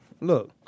Look